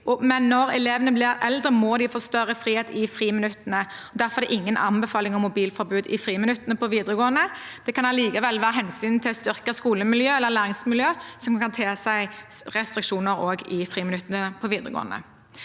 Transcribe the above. når elevene blir eldre, må de få større frihet i friminuttene. Derfor er det ingen anbefaling om mobilforbud i friminuttene på videregående. Det kan allikevel være hensyn til styrket skolemiljø eller læringsmiljø som kan tilsi restriksjoner også i friminuttene på videregående.